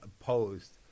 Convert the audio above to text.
opposed